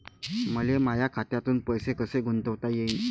मले माया खात्यातून पैसे कसे गुंतवता येईन?